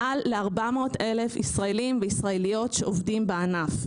מעל ל-400 אלף ישראלים וישראליות עובדים בענף.